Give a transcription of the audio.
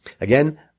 Again